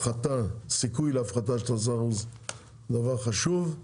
הסיכוי להפחתה של 10% זה דבר חשוב,